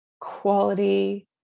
quality